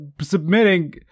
submitting